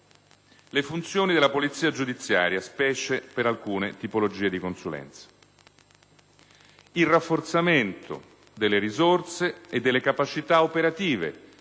le funzioni della polizia giudiziaria (specie per alcune tipologie di consulenza). Il rafforzamento delle risorse e delle capacità operative